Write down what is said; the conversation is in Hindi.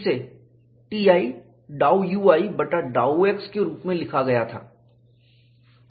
इसे Ti ∂ui बटा ∂x के रूप में लिखा गया था